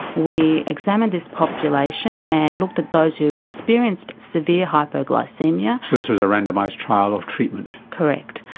we examined this population and looked at those who experienced severe hypoglycaemia. so this was a randomised trial of treatment? correct.